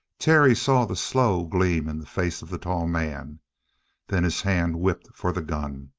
terry saw the slow gleam in the face of the tall man then his hand whipped for the gun.